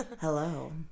Hello